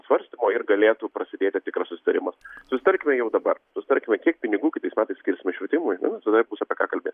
svarstymo ir galėtų prasidėti tikras susitarimas susitarkime jau dabar susitarkime kiek pinigų kitais metais skirsime švietimui nu ir tada bus apie ką kalbėti